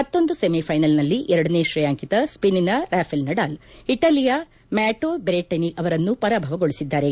ಮತ್ತೊಂದು ಸೆಮಿಫೈನಲ್ನಲ್ಲಿ ಎರಡನೇ ಶ್ರೇಯಾಂಕಿತ ಸ್ವೇನಿನ ರಾಫೆಲ್ ನಡಾಲ್ ಇಟಲಿಯ ಮ್ಯಾಟೊ ಬೆರೆಟಿನ ಅವರನ್ನು ಪರಾಭವಗೊಳಿಸಿದ್ದಾರೆ